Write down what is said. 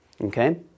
Okay